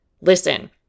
Listen